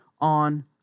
on